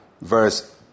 verse